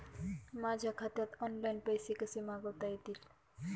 माझ्या खात्यात ऑनलाइन पैसे कसे मागवता येतील?